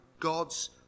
God's